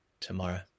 tomorrow